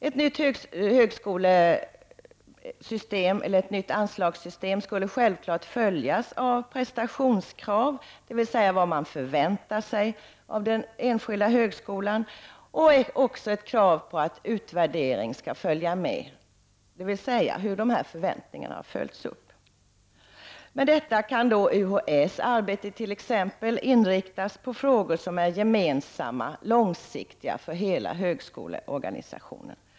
Ett nytt högskolesystem eller ett nytt anslagssystem skulle självfallet följas av prestationskrav, dvs. vad man förväntar sig av den enskilda högskolan, men också av ett krav på att utvärdering skall ske — dvs. hur förväntningarna har följts upp. Med detta kan t.ex. UHÄ:s arbete inriktas på frågor som är gemensamma och långsiktiga för hela högskoleorganisationen.